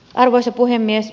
arvoisa puhemies